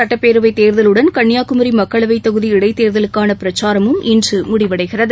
சுட்டப்பேரவைத் தேர்தலுடன் கன்னியாகுமரி மக்களவைத் தொகுதி இடைத் தேர்தலுக்கான பிரக்சாரமும் இன்று முடிவடைகிறது